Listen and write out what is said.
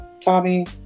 tommy